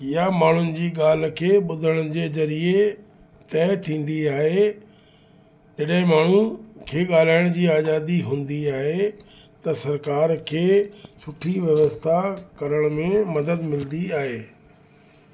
या माण्हुनि जी ॻाल्हि खे ॿुधण जे ज़रिये तइ थींदी आहे जॾहिं माण्हू खे ॻाल्हाइण जी आज़ादी हूंदी आहे त सरकार खे सुठी व्यवस्था करण में मदद मिलंदी आहे